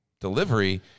delivery